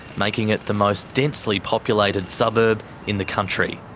making it the most densely populated suburb in the country.